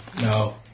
No